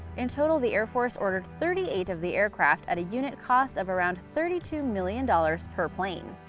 in total, the air force ordered thirty eight of the aircraft at a unit cost of around thirty two million dollars per plane.